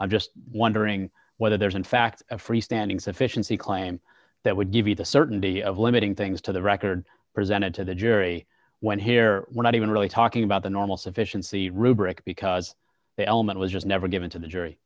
i'm just wondering whether there's in fact a freestanding sufficiency claim that would give you the certainty of limiting things to the record presented to the jury when here we're not even really talking about the normal sufficiency rubric because the element was never given to the jury